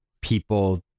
people